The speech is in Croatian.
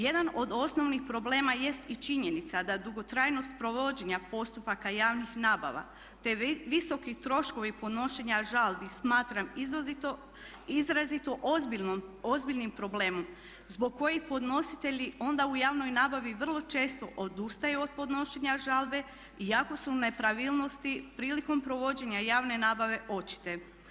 Jedan od osnovnih problema jest i činjenica da dugotrajnost provođenja postupaka javnih nabava, te visoki troškovi podnošenja žalbi smatram izrazito ozbiljnim problemom zbog kojih podnositelji onda u javnoj nabavi vrlo često odustaju od podnošenja žalbe iako su nepravilnosti prilikom provođenja javne nabave očite.